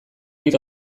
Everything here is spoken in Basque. hil